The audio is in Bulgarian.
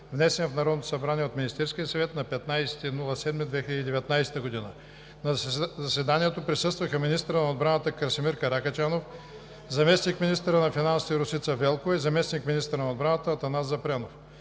внесен в Народното събрание от Министерския съвет на 15юли 2019 г. На заседанието присъстваха министърът на отбраната Красимир Каракачанов, заместник-министърът на финансите Росица Велкова и заместник-министърът на отбраната Атанас Запрянов.